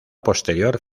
posterior